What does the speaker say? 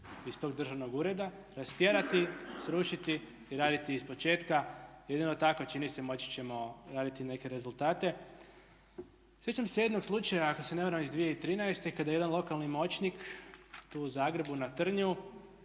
iz tog državnog ureda, rastjerati, srušiti i raditi ispočetka, jedino tako čini se moći ćemo raditi neke rezultate. Sjećam se jednog slučaja, ako se ne varam iz 2013. kada je jedan lokalni moćnik tu u Zagrebu na Trnju